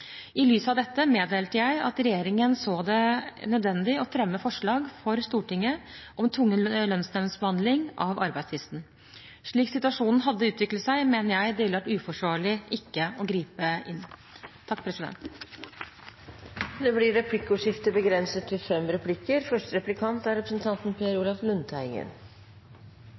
I lys av dette meddelte jeg at regjeringen så det som nødvendig å fremme forslag for Stortinget om en tvungen lønnsnemndsbehandling av arbeidstvisten. Slik situasjonen hadde utviklet seg, mener jeg det ville vært uforsvarlig ikke å gripe inn. Det blir replikkordskifte. Jeg vil takke statsråden for innlegget. Jeg er